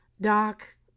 doc